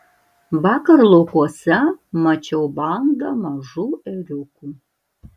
vakar laukuose mačiau bandą mažų ėriukų